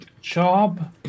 job